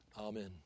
Amen